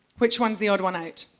which one is the odd one out?